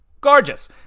gorgeous